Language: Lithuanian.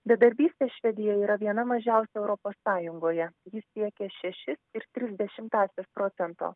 bedarbystė švedijoje yra viena mažiausių europos sąjungoje ji siekia šešis ir tris dešimtąsias procento